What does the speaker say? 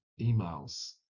emails